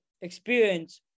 experience